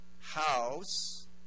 house